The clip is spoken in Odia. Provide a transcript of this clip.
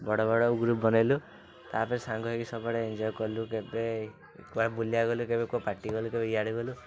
ବଡ଼ ବଡ଼ ଗ୍ରୁପ୍ ବନେଇଲୁ ତା'ପରେ ସାଙ୍ଗ ହେଇକି ସବୁବେଳେ ଏଞ୍ଜୟ କଲୁ କେବେ କୁଆଡ଼େ ବୁଲିବାକୁ ଗଲେ କେବେ କେଉଁ ପାର୍ଟି ଗଲେ କେବେ ଇଆଡ଼େ ଗଲୁ